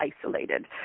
isolated